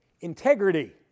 Integrity